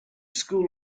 school